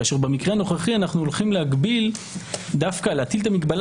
כאשר במקרה הנוכחי אנחנו הולכים להטיל את המגבלה